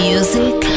Music